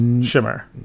shimmer